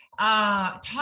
Talk